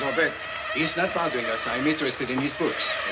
so but he's not bothering us. i'm interested in his books.